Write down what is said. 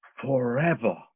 forever